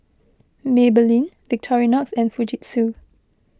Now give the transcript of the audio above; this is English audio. Maybelline Victorinox and Fujitsu